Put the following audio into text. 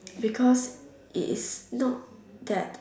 because it is not that